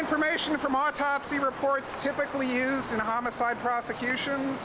information from autopsy reports typically used in homicide prosecution